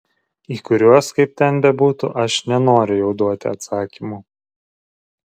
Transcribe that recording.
į kuriuos kaip ten bebūtų aš nenoriu jau duoti atsakymų